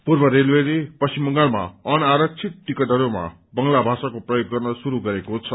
पूर्व रेलवेले पश्चिम बंगालमा अनारक्षित टिकटहरूमा बंगला भाषाको प्रयोग गर्न शुरू गरेको छ